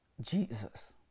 Jesus